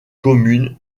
communes